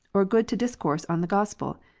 or good to discourse on the gospel?